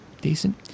Decent